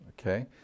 Okay